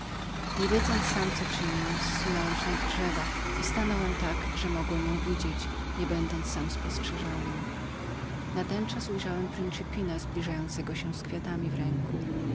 nie wiedząc sam co czynię zsunąłem się z drzewa i stanąłem tak że mogłem ją widzieć nie będąc sam spostrzeżonym natenczas ujrzałem principina zbliżającego się z kwiatami w ręku